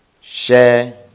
share